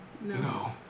No